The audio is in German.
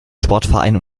sportverein